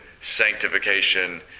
sanctification